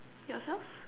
yourself